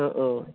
অঁ অঁ